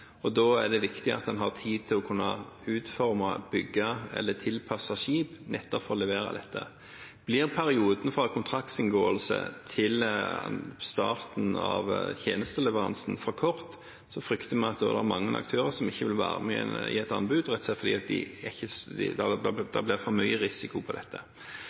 og da er det viktig at en har tid til å kunne utforme, bygge eller tilpasse skip nettopp for å levere dette. Blir perioden fra kontraktsinngåelse til starten av tjenesteleveransen for kort, frykter vi at mange aktører ikke vil være med på et anbud – rett og slett fordi det blir for mye risiko i det. Det viktige her er at det ligger mye